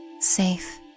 safe